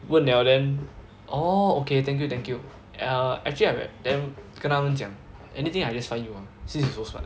问了 then orh okay thank you thank you ah actually I then 跟她们讲 anything I find you ah since you so smart